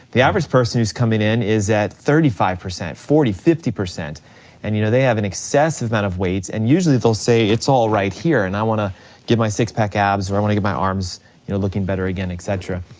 the average person who's coming in is at thirty five, five, forty, fifty. and you know, they have an excessive amount of weight and usually they'll say it's all right here and i wanna get my six pack abs or i wanna get my arms you know looking better again, et cetera,